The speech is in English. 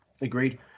agreed